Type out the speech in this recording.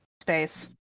space